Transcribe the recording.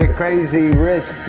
and crazy risk